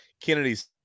Kennedy's